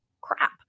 crap